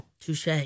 Touche